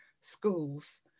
schools